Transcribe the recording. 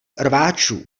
rváčů